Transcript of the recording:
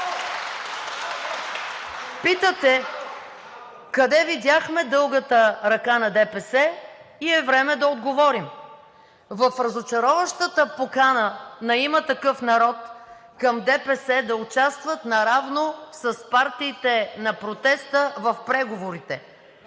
Питате: къде видяхме дългата ръка на ДПС и е време да отговорим? В разочароващата покана на „Има такъв народ“ към ДПС да участват наравно с партиите на протеста в преговорите